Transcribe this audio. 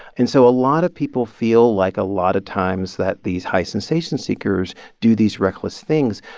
and so a lot of people feel like, a lot of times, that these high sensation seekers do these reckless things.